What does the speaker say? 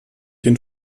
den